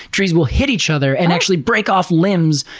trees will hit each other and actually break off limbs,